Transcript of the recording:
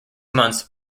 months